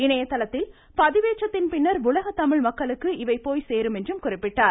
இணையதளத்தில் பதிவேற்றத்தின் பின்னர் உலக தமிழ் மக்களுக்கு இவை போய் சேரும் என்றும் குறிப்பிட்டார்